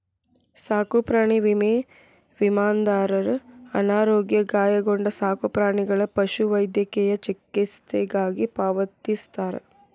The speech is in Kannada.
ಸಾಕುಪ್ರಾಣಿ ವಿಮೆ ವಿಮಾದಾರರ ಅನಾರೋಗ್ಯ ಗಾಯಗೊಂಡ ಸಾಕುಪ್ರಾಣಿಗಳ ಪಶುವೈದ್ಯಕೇಯ ಚಿಕಿತ್ಸೆಗಾಗಿ ಪಾವತಿಸ್ತಾರ